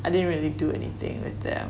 I didn't really do anything with them